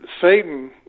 Satan